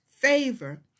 favor